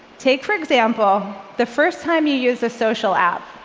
take, for example, the first time you use a social app.